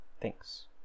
Thanks